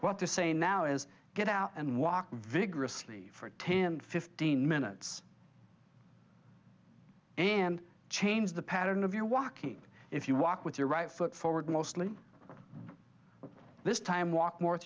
want to say now is get out and walk vigorously for ten fifteen minutes and change the pattern of your walking if you walk with your right foot forward mostly this time walk more